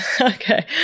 Okay